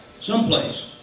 someplace